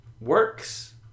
works